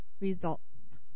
results